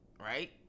right